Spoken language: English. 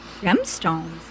gemstones